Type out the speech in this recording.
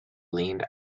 leaned